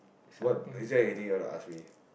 what is there anything you want to ask me